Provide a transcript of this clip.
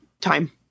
time